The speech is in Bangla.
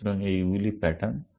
সুতরাং এইগুলি প্যাটার্ন